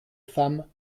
femmes